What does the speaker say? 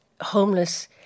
homeless